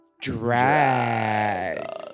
DRAG